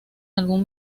algún